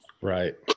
Right